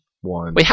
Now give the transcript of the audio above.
One